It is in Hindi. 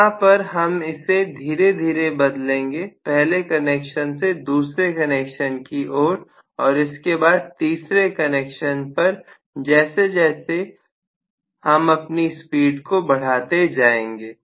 यहां पर हम इसे धीरे धीरे बदलेंगे पहले कनेक्शन से दूसरे कनेक्शन की ओर और इसके बाद तीसरे कनेक्शन पर जैसे जैसे हम अपनी स्पीड को बढ़ाते जाएंगे